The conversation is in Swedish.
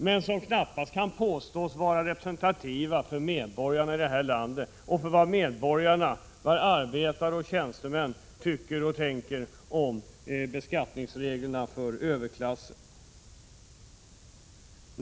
Men dessa kan knappast påstås vara representativa för medborgarna i detta land och för vad medborgarna — arbetare och tjänstemän — tycker och tänker om beskattningsreglerna för överklassen.